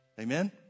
Amen